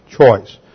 choice